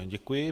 Děkuji.